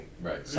Right